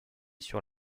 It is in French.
sur